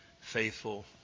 faithful